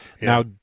Now